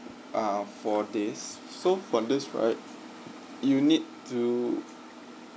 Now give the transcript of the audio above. uh for this so for this right you need to